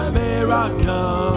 miracle